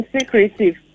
Secretive